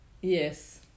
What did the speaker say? Yes